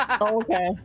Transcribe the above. Okay